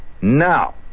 Now